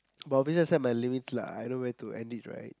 but obviously I set my limits lah I know when to end it right